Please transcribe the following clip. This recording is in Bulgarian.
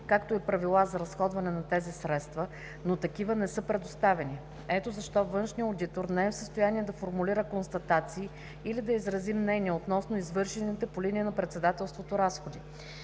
както и правила за разходване на тези средства, но такива не са предоставени. Ето защо външният одитор не е в състояние да формулира констатации или да изрази мнение относно извършените по линия на председателството разходи.